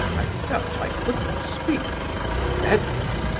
i felt i could not speak in that bedlam,